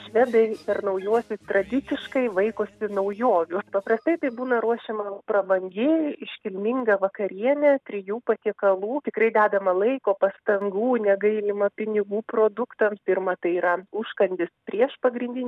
švedai per naujuosius tradiciškai vaikosi naujovių paprastai tai būna ruošiama prabangi iškilminga vakarienė trijų patiekalų tikrai dedama laiko pastangų negailima pinigų produktams pirma tai yra užkandis prieš pagrindinį